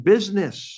Business।